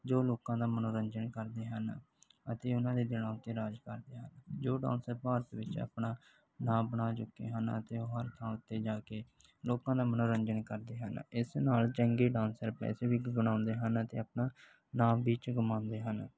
ਜੋ ਲੋਕਾਂ ਦਾ ਮਨੋਰੰਜਨ ਕਰਦੇ ਹਨ ਅਤੇ ਉਹਨਾਂ ਦੇ ਦਿਲਾਂ ਉੱਤੇ ਰਾਜ ਕਰਦੇ ਹਨ ਜੋ ਡਾਂਸਰ ਭਾਰਤ ਵਿੱਚ ਆਪਣਾ ਨਾਮ ਬਣਾ ਚੁੱਕੇ ਹਨ ਅਤੇ ਉਹ ਹਰ ਥਾਂ ਉੱਤੇ ਜਾ ਕੇ ਲੋਕਾਂ ਦਾ ਮਨੋਰੰਜਨ ਕਰਦੇ ਹਨ ਇਸ ਨਾਲ ਚੰਗੇ ਡਾਂਸਰ ਪੈਸੇ ਵੀ ਬਣਾਉਂਦੇ ਹਨ ਅਤੇ ਆਪਣਾ ਨਾਮ ਵੀ ਚਮਕਾਉਂਦੇ ਹਨ